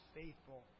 faithful